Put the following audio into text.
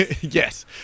yes